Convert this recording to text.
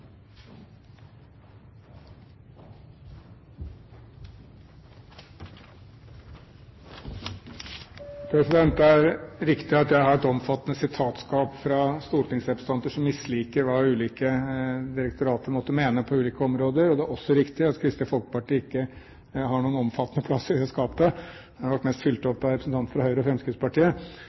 Det er riktig at jeg har et omfattende skap med sitater fra stortingsrepresentanter som misliker hva ulike direktorater måtte mene på ulike områder. Det er også riktig at Kristelig Folkeparti ikke har noen omfattende plass i det skapet – det er nok mest fylt opp av representanter fra Høyre og Fremskrittspartiet.